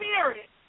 Spirit